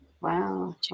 Wow